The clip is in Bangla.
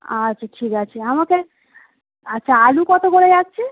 আচ্ছা ঠিক আছে আমাকে আচ্ছা আলু কত করে যাচ্ছে